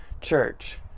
church